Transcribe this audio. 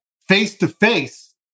face-to-face